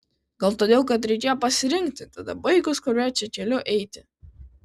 gal todėl kad reikėjo pasirinkti tada baigus kuriuo čia keliu eiti